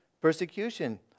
persecution